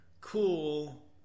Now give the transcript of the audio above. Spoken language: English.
cool